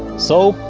so,